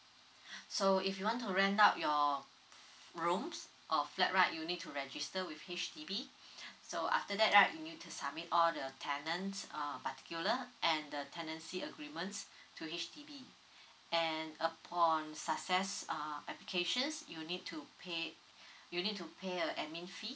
so if you want to rent out your rooms or flat right you need to register with H_D_B so after that right you need to submit all the tenants uh particular and the tenancy agreement to H_D_B and upon success uh applications you need to pay you need to pay a admin fee